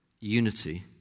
unity